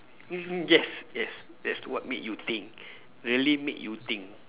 mm mm yes yes yes what made you think really made you think